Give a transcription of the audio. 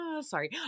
sorry